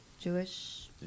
Jewish